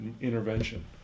intervention